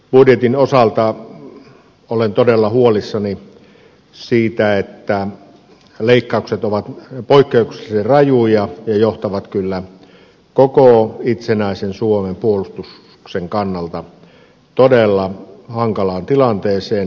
puolustusbudjetin osalta olen todella huolissani siitä että leikkaukset ovat poikkeuksellisen rajuja ja johtavat kyllä koko itsenäisen suomen puolustuksen kannalta todella hankalaan tilanteeseen